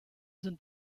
sind